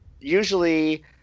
usually